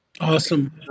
awesome